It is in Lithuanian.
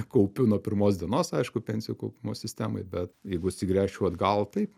kaupiu nuo pirmos dienos aišku pensijų kaupimo sistemoj bet jeigu atsigręžčiau atgal taip